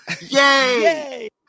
Yay